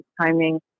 timing